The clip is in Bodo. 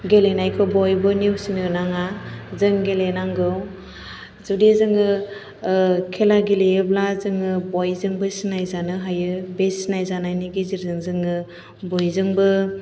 गेलेनायखौ बयबो नेवसिनो नाङा जों गेलेनांगौ जुदि जोङो खेला गेलेयोब्ला जोङो बयजोंबो सिनायजानो हायो बे सिनायजानायनि गेजेरजों जोङो बयजोंबो